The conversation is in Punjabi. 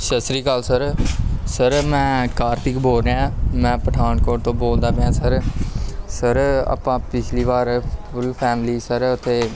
ਸਤਿ ਸ਼੍ਰੀ ਅਕਾਲ ਸਰ ਸਰ ਮੈਂ ਕਾਰਤਿਕ ਬੋਲ ਰਿਹਾ ਮੈਂ ਪਠਾਨਕੋਟ ਤੋਂ ਬੋਲਦਾ ਪਿਆ ਸਰ ਸਰ ਆਪਾਂ ਪਿਛਲੀ ਵਾਰ ਪੂਰੀ ਫੈਮਿਲੀ ਸਰ ਉੱਥੇ